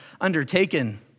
undertaken